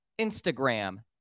Instagram